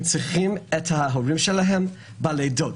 הם צריכים את ההורים שלהם בלידות.